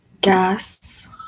Gas